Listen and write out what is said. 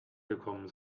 gekommen